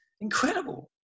incredible